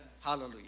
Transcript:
Hallelujah